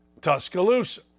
Tuscaloosa